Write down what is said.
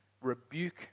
rebuke